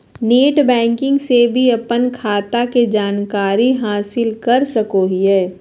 net banking से भी अपन खाता के जानकारी हासिल कर सकोहिये